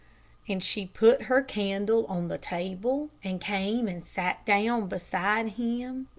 and she put her candle on the table and came and sat down beside him.